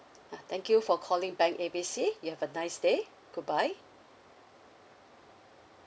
ah thank you for calling bank A B C you have a nice day goodbye